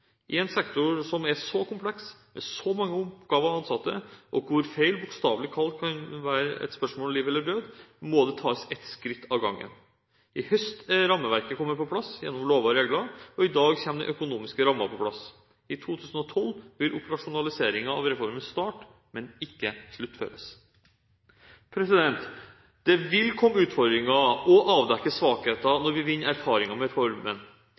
I en sektor som er så kompleks, med så mange oppgaver og ansatte, og hvor feil bokstavelig talt kan være et spørsmål om liv eller død, må det tas ett skritt om gangen. I høst er rammeverket kommet på plass gjennom lover og regler, og i dag kommer de økonomiske rammene på plass. I 2012 vil operasjonaliseringen av reformen starte, men ikke sluttføres. Det vil komme utfordringer og avdekkes svakheter når vi vinner erfaringer med reformen.